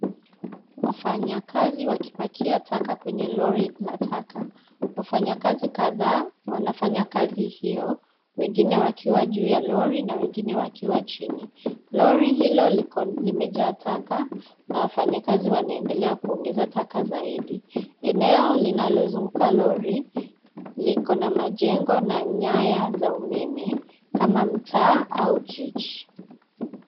Wafanyakazi wakipakia taka kwenye lori la taka. Wafanyakazi kadhaa, wanafanya kazi hiyo, wengine wakiwa juu ya lori na wengine wakiwa chini. Lori hilo liko limejaa taka, na wafanyikazi wanaendelea kuongeza taka zaidi. Eneo linalozunguka lori, liko na majengo na nyaya za umeme, kama mtaa au jiji.